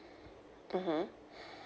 mmhmm